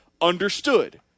Understood